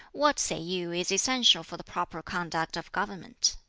what say you is essential for the proper conduct of government?